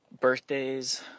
birthdays